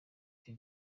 icyo